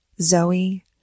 Zoe